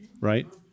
right